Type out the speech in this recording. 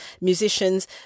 musicians